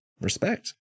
respect